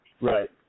Right